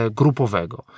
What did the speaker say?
grupowego